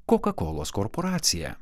kokakolos korporaciją